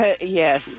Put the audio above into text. yes